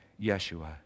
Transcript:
Yeshua